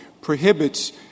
prohibits